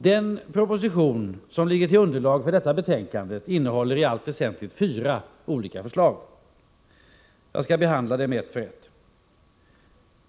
Den proposition som ligger till grund för detta betänkande innehåller i allt väsentligt fyra olika förslag. Jag skall behandla dem ett för ett.